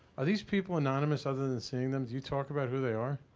are these people anonymous other than seeing them, do you talk about who they are?